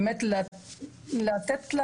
באמת לתת לה